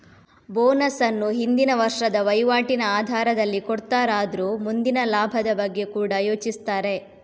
bonus ಅನ್ನು ಹಿಂದಿನ ವರ್ಷದ ವೈವಾಟಿನ ಆಧಾರದಲ್ಲಿ ಕೊಡ್ತಾರಾದ್ರೂ ಮುಂದಿನ ಲಾಭದ ಬಗ್ಗೆ ಕೂಡಾ ಯೋಚಿಸ್ತಾರೆ